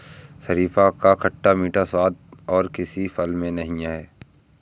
शरीफा का खट्टा मीठा स्वाद और किसी फल में नही है